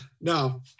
Now